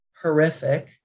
horrific